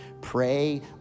pray